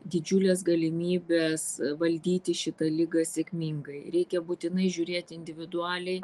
didžiulės galimybės valdyti šitą ligą sėkmingai reikia būtinai žiūrėti individualiai